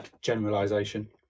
generalization